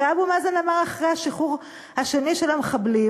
הרי אבו מאזן אמר, אחרי השחרור השני של המחבלים,